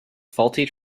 faulty